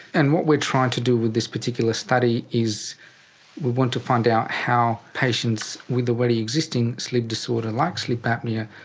and what we're trying to do with this particular study is we want to find out how patients with already existing sleep disorder like sleep apnoea,